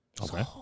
Okay